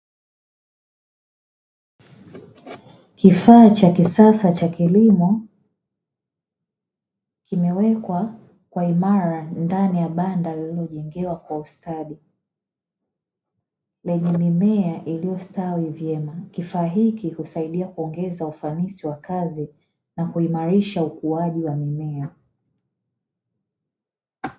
Kifaa cha kisasa cha kilimo kimewekwa kwa imara ndani ya banda lililojengewa kwa ustadi lenye mimea iliyostawi vyema. Kifaa hiki husaidia kuongeza ufanisi wa kazi na kuimarisha ukuaji wa mimea.